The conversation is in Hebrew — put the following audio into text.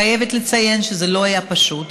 אני חייבת לציין שזה לא היה פשוט,